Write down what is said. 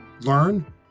Learn